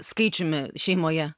skaičiumi šeimoje